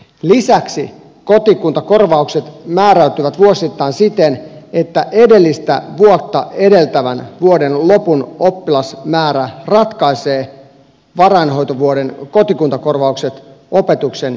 lisäksi kotikuntakorvaukset määräytyvät vuosittain siten että edellistä vuotta edeltävän vuoden lopun oppilasmäärä ratkaisee varainhoitovuoden kotikuntakorvaukset opetuksen järjestäjälle